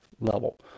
level